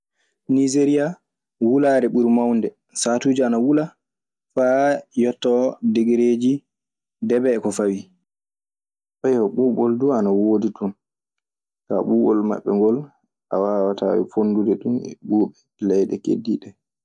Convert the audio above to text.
Nigeria wulare ɓuri mawnude, satuji ana wula fa yoto degereji debee e ko fawi. ɓuuɓol duu ana woodi ton. Kaa, ɓuuɓol maɓɓe ngol, a waawataa fonndude ɗun e ɓuuɓi leyɗe keddiiɗe ɗee.